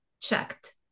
checked